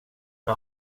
jag